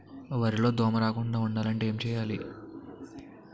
వరిలో దోమ రాకుండ ఉండాలంటే ఏంటి చేయాలి?